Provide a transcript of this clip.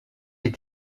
est